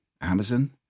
Amazon